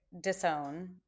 disown